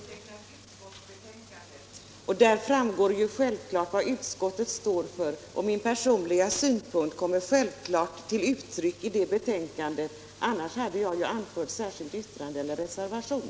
Herr talman! Jag har undertecknat utskottsbetänkandet. Där framgår vad utskottet står för, och givetvis kommer min personliga synpunkt också till uttryck där; annars hade jag ju anfört ett särskilt yttrande eller en reservation.